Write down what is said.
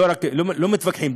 לא מתווכחים,